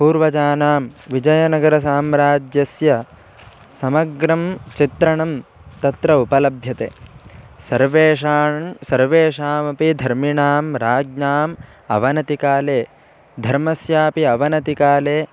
पूर्वजानां विजयनगरसाम्राज्यस्य समग्रं चित्रणं तत्र उपलभ्यते सर्वेषां सर्वेषामपि धर्मीणां राज्ञाम् अवनतिकाले धर्मस्यापि अवनतिकाले